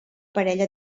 parella